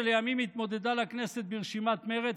שלימים התמודדה לכנסת ברשימת מרצ,